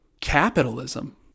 Capitalism